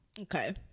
Okay